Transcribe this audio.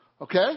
Okay